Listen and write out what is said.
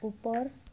ଉପର